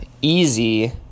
easy